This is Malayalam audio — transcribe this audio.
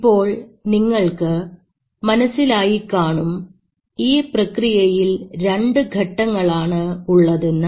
ഇപ്പോൾ നിങ്ങൾക്ക് മനസ്സിലായിക്കാണും ഈ പ്രക്രിയയിൽ രണ്ട് ഘട്ടങ്ങളാണ് ഉള്ളതെന്ന്